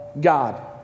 God